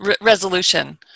resolution